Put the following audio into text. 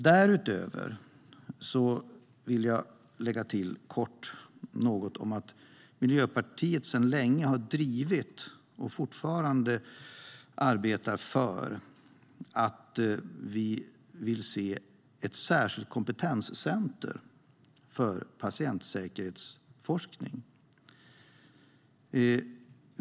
Därutöver vill jag kort lägga till något om att Miljöpartiet sedan länge har drivit och fortfarande arbetar för ett särskilt kompetenscenter för patientsäkerhetsforskning.